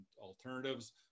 alternatives